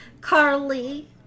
Carly